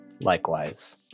likewise